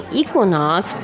equinox